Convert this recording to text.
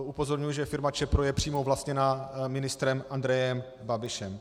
Upozorňuji, že firma Čepro je přímo vlastněna ministrem Andrejem Babišem.